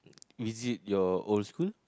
visit your old school